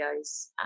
videos